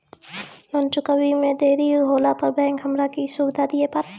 Loan चुकब इ मे देरी होला पर बैंक हमरा की सुविधा दिये पारे छै?